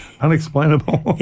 Unexplainable